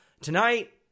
Tonight